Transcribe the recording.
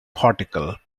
particle